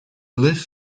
lived